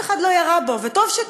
בבקשה,